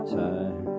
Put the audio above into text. time